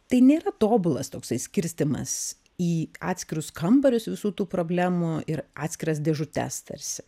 tai nėra tobulas toksai skirstymas į atskirus kambarius visų tų problemų ir atskiras dėžutes tarsi